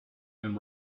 and